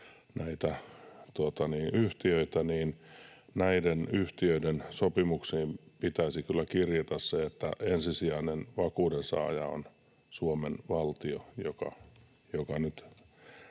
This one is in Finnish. näitä yhtiöitä, niin näiden yhtiöiden sopimukseen pitäisi kyllä kirjata se, että ensisijainen vakuuden saaja on Suomen valtio, joka nyt